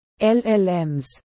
LLMs